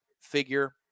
figure